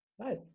Right